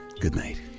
goodnight